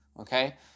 okay